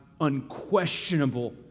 unquestionable